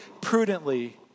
prudently